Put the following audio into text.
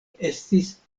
estis